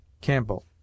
CAMPBELL